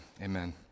amen